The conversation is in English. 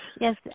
Yes